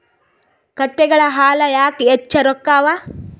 ಕತ್ತೆಗಳ ಹಾಲ ಯಾಕ ಹೆಚ್ಚ ರೊಕ್ಕ ಅವಾ?